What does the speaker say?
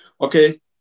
Okay